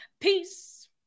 Peace